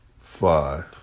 five